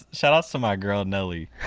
so but so my girl nelly.